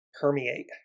Permeate